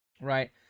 right